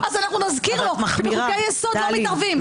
אז אנחנו נזכיר לו שבחוקי יסוד לא מתערבים.